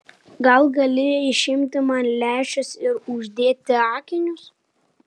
gal gali išimti man lęšius ir uždėti akinius